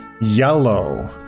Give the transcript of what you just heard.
yellow